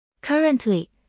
Currently